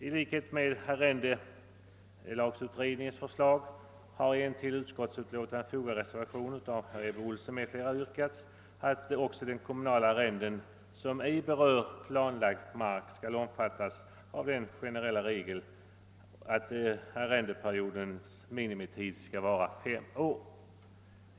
I en till tredje lagutskottets utlåtande nr 809 fogad reservation, nr V, av herr Ebbe Ohlsson m.fl. yrkas — i likhet med vad som föreslagits av arrendelagsutredningen — att också kommunala arrenden som ej berör planlagd mark skall omfattas av den generella regeln att arrendeperiodens minimitid skall vara fem år.